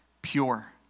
pure